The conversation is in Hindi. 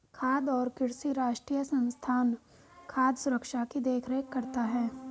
खाद्य और कृषि राष्ट्रीय संस्थान खाद्य सुरक्षा की देख रेख करता है